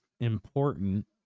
important